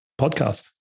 podcast